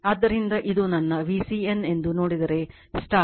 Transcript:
ಆದ್ದರಿಂದ ಇದು ನನ್ನ VCN ಎಂದು ನೋಡಿದರೆ ಇದು ನನ್ನ VCN ಮತ್ತು ಇದು ನನ್ನ Ic